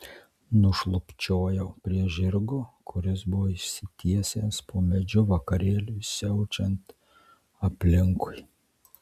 nušlubčiojau prie žirgo kuris buvo išsitiesęs po medžiu vakarėliui siaučiant aplinkui